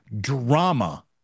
drama